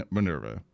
Minerva